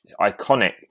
iconic